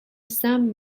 sum